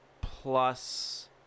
plus